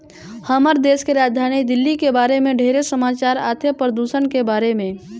हमर देश के राजधानी दिल्ली के बारे मे ढेरे समाचार आथे, परदूषन के बारे में